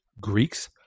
Greeks